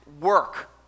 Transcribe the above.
work